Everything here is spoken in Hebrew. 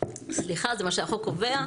זה מה שהחוק קובע.